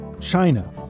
China